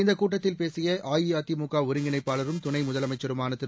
இந்தக் கூட்டத்தில் பேசிய அஇஅதிமுக ஒருங்கிணைப்பாளரும் துணை முதலமைச்சருமான திரு